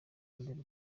mbere